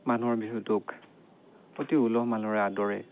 মানুহৰ বিহুটোক অতি উলহ মালহেৰে আদৰে